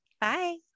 Bye